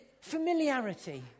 familiarity